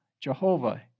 Jehovah